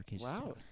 Wow